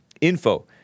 info